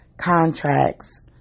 contracts